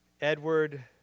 Edward